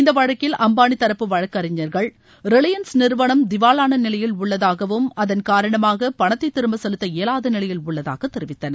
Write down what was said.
இந்த வழக்கில் அம்பானி தரப்பு வழக்கறிஞர்கள் ரிலையன்ஸ் நிறுவனம் திவாவான நிலையில் உள்ளதகாவும் அதன் காரணமாக பணத்தை திரும்ப செலுத்த இயலாத நிலையில் உள்ளதாக தெரிவித்தனர்